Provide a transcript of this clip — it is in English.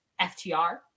FTR